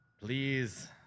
please